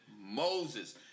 Moses